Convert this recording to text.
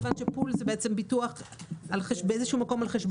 מכיוון שפול זה ביטוח על חשבון הציבור,